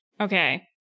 Okay